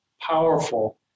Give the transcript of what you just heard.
powerful